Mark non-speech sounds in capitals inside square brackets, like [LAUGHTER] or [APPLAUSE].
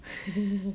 [LAUGHS]